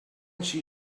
she